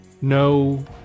no